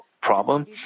problem